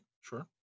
sure